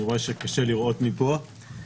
אני רואה שקשה לראות מפה,